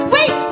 Wait